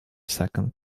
second